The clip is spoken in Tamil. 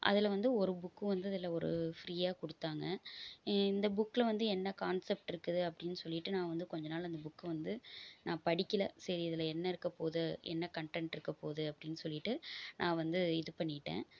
அதில் வந்து ஒரு புக்கு வந்து அதில் ஒரு ஃப்ரீயாக கொடுத்தாங்க இந்த புக்கில் வந்து என்ன கான்செப்ட் இருக்குது அப்படின்னு சொல்லிவிட்டு நான் வந்து கொஞ்சம் நாள் அந்த புக்கை வந்து நான் படிக்கல சரி இதில் என்ன இருக்க போகுது என்ன கன்டென்ட் இருக்க போகுது அப்படின்னு சொல்லிவிட்டு நான் வந்து இது பண்ணிவிட்டேன்